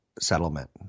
settlement